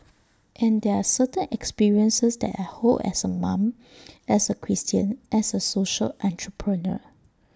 and there are certain experiences that I hold as A mom as A Christian as A social entrepreneur